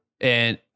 and-